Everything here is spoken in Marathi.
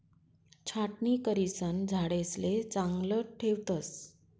छाटणी करिसन झाडेसले चांगलं ठेवतस